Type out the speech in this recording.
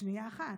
שנייה אחת.